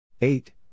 Eight